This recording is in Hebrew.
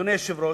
אדוני היושב-ראש,